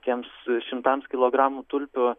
tiems šimtams kilogramų tulpių